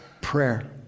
prayer